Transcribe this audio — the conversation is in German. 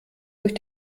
durch